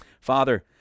Father